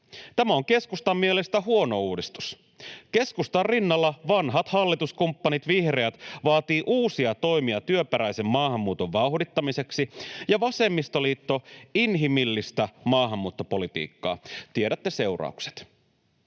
Tämä on keskustan mielestä huono uudistus. Keskustan rinnalla vanhat hallituskumppanit vihreät vaativat uusia toimia työperäisen maahanmuuton vauhdittamiseksi ja vasemmistoliitto inhimillistä maahanmuuttopolitiikkaa. Tiedätte seuraukset.